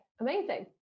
amazing